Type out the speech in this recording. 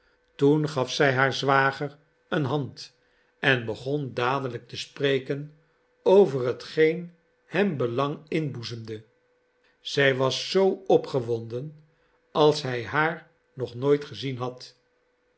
toen gaf zij haar zwager een hand en begon dadelijk te spreken over t geen hem belang inboezemde zij was zoo opgewonden als hij haar nog nooit gezien had